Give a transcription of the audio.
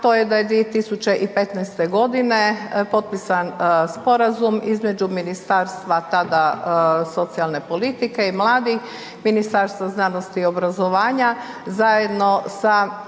to je da je 2015. godine potpisan sporazum između Ministarstva, tada socijalne politike i mladih, Ministarstva znanosti i obrazovanja, zajedno sa